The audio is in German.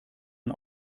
man